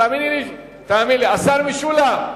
תאמין לי, השר משולם,